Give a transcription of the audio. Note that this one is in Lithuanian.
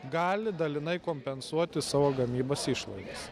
gali dalinai kompensuoti savo gamybos išlaidas